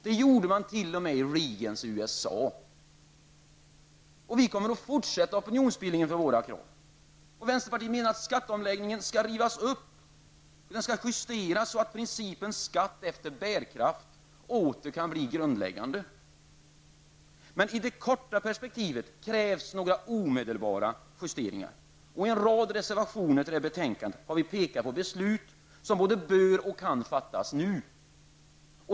Det skedde t.o.m. i Reagans USA. Vänsterpartiet kommer att fortsätta opinionsbildningen för sina krav. Vi anser att skatteomläggningen skall rivas upp och justeras så att principen skatt efter bärkraft åter kan bli grundläggande. I det korta perspektivet krävs dock några omedelbara justeringar. I en rad reservationer till detta betänkande har vi pekat på beslut som både bör och kan fattas nu.